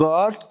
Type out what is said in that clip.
God